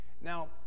Now